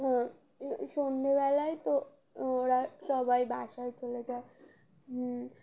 হ্যাঁ সন্ধেবেলায় তো ওরা সবাই বাসায় চলে যায় হুম